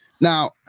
Now